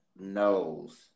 knows